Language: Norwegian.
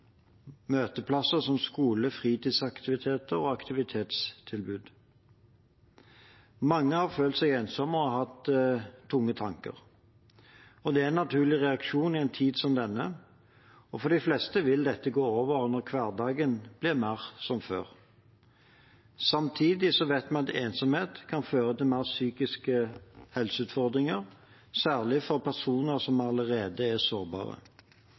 møteplasser som skole, fritidsaktiviteter og aktivitetstilbud. Mange har følt seg ensomme og har hatt tunge tanker. Det er en naturlig reaksjon i en tid som denne. For de fleste vil dette gå over når hverdagen blir mer som før. Samtidig vet vi at ensomhet kan føre til mer psykiske helseutfordringer, særlig for personer som allerede er sårbare.